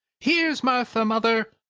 here's martha, mother!